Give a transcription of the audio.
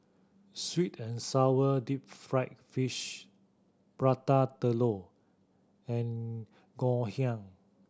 sweet and sour deep fried fish Prata Telur and Ngoh Hiang